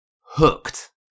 hooked